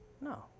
No